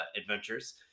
adventures